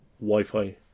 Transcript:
wi-fi